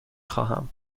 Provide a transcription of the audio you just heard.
خواهم